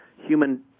human